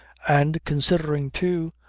and considering, too,